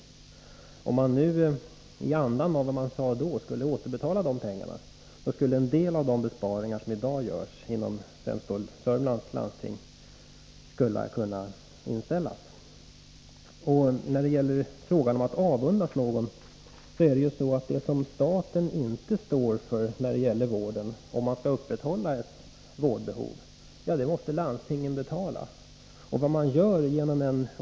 Om man nu i enlighet med vad man då sade skulle återbetala pengarna, skulle en del av de besparingar som i dag görs inom främst Södermanlands läns landsting inte behöva göras. När det gäller frågan om att avundas någon förhåller det sig på det sättet att möjligheter att uppnå de sjukvårdspolitiska målen om man skall kunna upprätthålla vården måste landstingen betala det som inte staten står för.